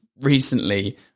recently